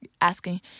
asking